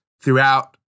throughout